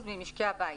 אחוזים ממשקי הבית.